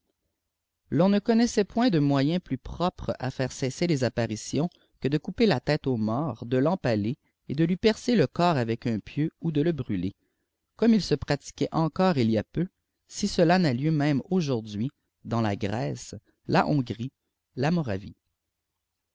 l'on ne connaissait point de moyens plus propre à faire cesr les apparitions que de couper la tête au mort de l'empaler et de lui percer le corps avec un pieu ou de le brûler comm il se pimti suiait encore il y a peu si cela n'a lieu même aujourd'hui dâqs k rèce là bfongrie la moravie